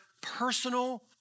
personal